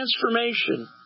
transformation